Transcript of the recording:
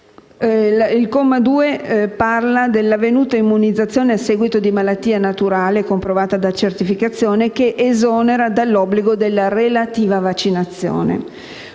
Il comma 2 parla dell'avvenuta immunizzazione a seguito di malattia naturale comprovata da certificazione, che esonera dall'obbligo della relativa vaccinazione.